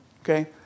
Okay